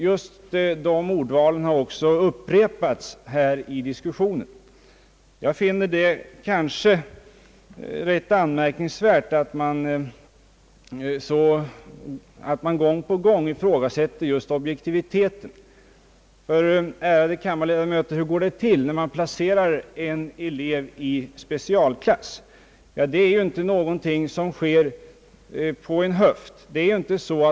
Just detta ordval har också upprepats här i diskussionen. Jag finner det rätt anmärkningsvärt, att man gång på gång ifrågasätter just objektiviteten. Hur går det till när man placerar en elev i specialklass? Det är ju inte någonting som sker på en höft.